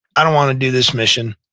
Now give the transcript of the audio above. i don't want to do this mission.